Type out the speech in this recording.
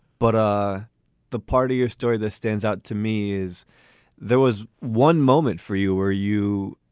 but ah the part of your story that stands out to me is there was one moment for you, were you,